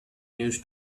news